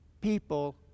people